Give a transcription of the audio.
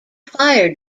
fired